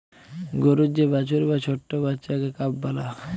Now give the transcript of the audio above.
গরুর যে বাছুর বা ছট্ট বাচ্চাকে কাফ ব্যলা হ্যয়